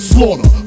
Slaughter